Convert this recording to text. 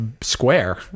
square